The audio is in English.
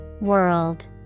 world